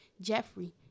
Jeffrey